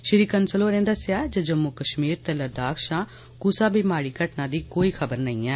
श्री कंसल होरें दस्सेआ जे जम्मू कश्मीर दे लद्दाख शां कुसा बी माडी घटना दी कोई खबर नेई ऐ